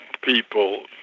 people